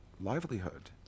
livelihood